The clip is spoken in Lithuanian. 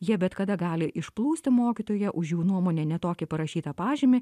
jie bet kada gali išplūsti mokytoją už jų nuomone ne tokį parašytą pažymį